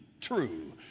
true